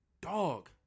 Dog